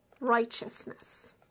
righteousness